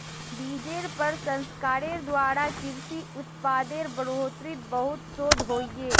बिजेर प्रसंस्करनेर द्वारा कृषि उत्पादेर बढ़ोतरीत बहुत शोध होइए